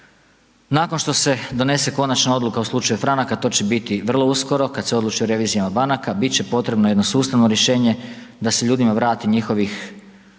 nakon što se donese konačna odluka u slučaju Franak a to će biti vrlo uskoro, kada se odluči o revizijama banaka, biti će potrebno jedno sustavno rješenje da se ljudima vrati njihovih,